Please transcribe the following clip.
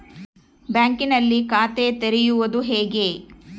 ಬ್ಯಾಂಕಿನಲ್ಲಿ ಖಾತೆ ತೆರೆಯುವುದು ಹೇಗೆ?